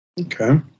Okay